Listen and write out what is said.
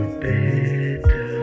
better